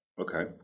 Okay